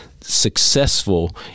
successful